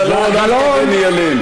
נגד בית-המשפט ונגד השופטים.